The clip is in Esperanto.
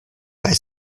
kaj